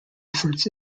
efforts